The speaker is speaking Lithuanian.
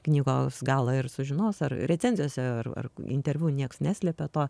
knygos galą ir sužinos ar recenzijose ar interviu nieks neslepia to